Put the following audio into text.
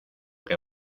que